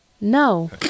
No